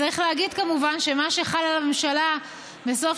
וצריך להגיד כמובן שמה שחל על הממשלה בסוף